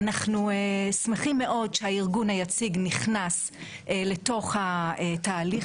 אנחנו שמחים מאוד שהארגון היציג נכנס לתוך התהליך